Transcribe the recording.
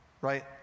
right